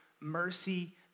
mercy